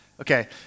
Okay